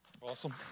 Awesome